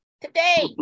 Today